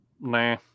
nah